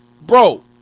bro